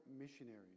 missionaries